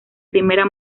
primera